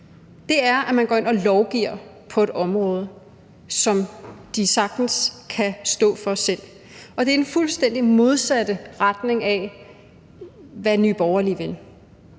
Det er, at man går ind og lovgiver på et område, som de sagtens kan stå for selv. Og det er den fuldstændig modsatte retning af, hvad Nye Borgerlige vil.